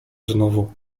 znowu